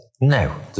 No